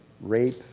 rape